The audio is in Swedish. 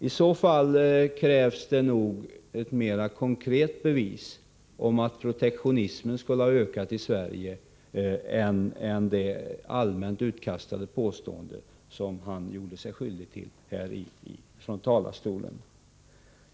Det krävs nog ett mera konkret bevis för att protektionismen skulle ha ökat i Sverige än de allmänna påståenden som han kastade ut från talarstolen.